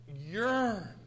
yearn